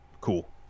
cool